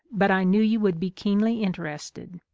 but i knew you would be keenly inter ested.